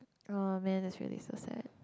oh man that's really so sad